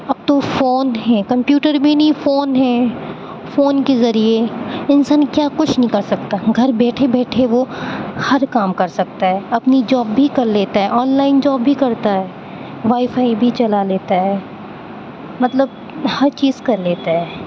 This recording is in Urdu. اب تو فون ہیں کمپیوٹر بھی نہیں فون ہیں فون کے ذریعے انسان کیا کچھ نہیں کر سکتا گھر بیٹھے بیٹھے وہ ہر کام کر سکتا ہے اپنی جاب بھی کر لیتا ہے آن لائن جاب بھی کرتا ہے وائی فائی بھی چلا لیتا ہے مطلب ہر چیز کر لیتا ہے